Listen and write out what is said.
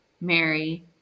Mary